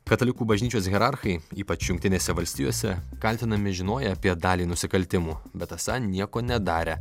katalikų bažnyčios hierarchai ypač jungtinėse valstijose kaltinami žinoję apie dalį nusikaltimų bet esą nieko nedarę